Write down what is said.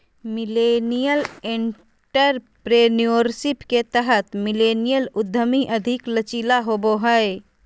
millennial entrepreneurship के तहत millennial उधमी अधिक लचीला होबो हय